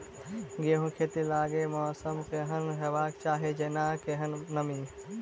गेंहूँ खेती लागि मौसम केहन हेबाक चाहि जेना केहन नमी?